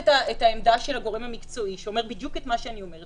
בואו נחריג גם את סוכן הביטוח שצריך להנפיק פוליסות.